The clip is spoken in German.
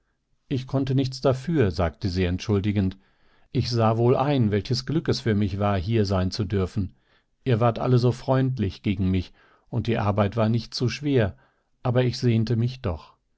ich konnte nichts dafür sagte sie entschuldigend ich sah wohl ein welches glück es für mich war hier sein zu dürfen ihr wart alle so freundlich gegen mich und die arbeit war nicht zu schwer aber ich sehnte mich doch